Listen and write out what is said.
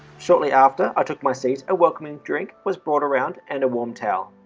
shortly after i took my seat, a welcoming drink was brought around and a warm towel.